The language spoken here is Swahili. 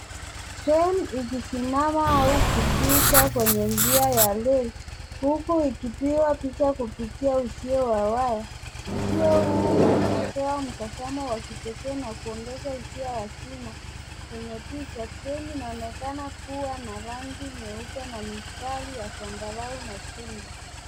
Treni ikisimama au kupita kwenye njia ya reli huku ikipigwa picha kupitia uzio wa waya. Uzio huu unatoa mtazamo wa kipekee na kuongeza hisia ya kina kwenye picha. Treni inaonekana kuwa na rangi nyeupe na mistari ya zambarau na chungwa.